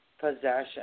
possession